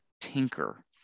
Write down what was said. Tinker